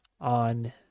on